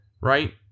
right